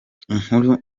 inkuru